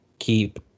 Keep